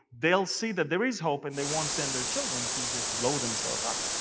they will see that there is hope, and they won't send their children to just blow themselves up.